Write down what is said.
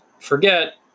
forget